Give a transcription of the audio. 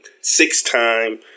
six-time